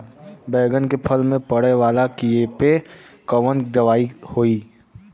बैगन के फल में पड़े वाला कियेपे कवन दवाई होई?